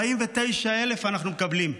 49,000 אנחנו מקבלים,